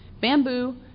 Bamboo